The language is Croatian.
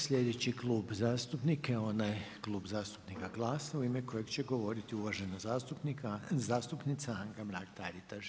Slijedeći Klub zastupnika je onaj Klub zastupnika GLAS-a u ime kojeg će govoriti uvažena zastupnica Anka Mrak-Taritaš.